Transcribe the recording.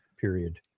period